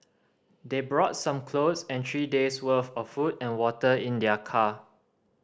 they brought some clothes and three days' worth of food and water in their car